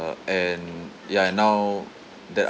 uh and ya now that